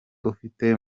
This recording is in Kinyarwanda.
ufite